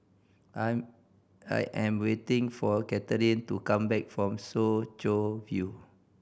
I'm I am waiting for Kathrine to come back from Soo Chow View